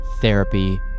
therapy